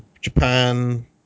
japan